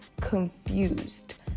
confused